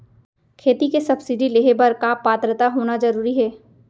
खेती के सब्सिडी लेहे बर का पात्रता होना जरूरी हे?